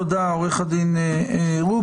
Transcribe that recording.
תודה, עורך הדין רובין.